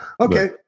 okay